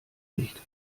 nicht